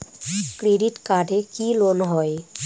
Credit কার্ডে কি loan হয়?